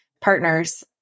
partners